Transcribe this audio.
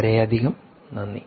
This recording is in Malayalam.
വളരെയധികം നന്ദി